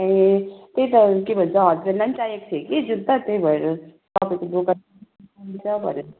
ए त्यही त के भन्छ हस्बेन्डलाई पनि चाहिएको थियो कि जुत्ता त्यही भएर तपाईँको दोकान हुन्छ भनेर